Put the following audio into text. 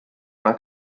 una